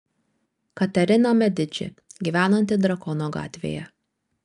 katerina mediči gyvenanti drakono gatvėje